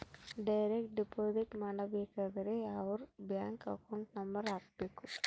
direct deposit ಮಾಡಬೇಕಾದರೆ ಅವರ್ bank account number ಹಾಕ್ಬೆಕು